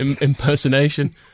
impersonation